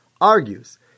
argues